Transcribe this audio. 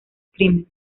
crimen